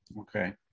Okay